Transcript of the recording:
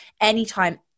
anytime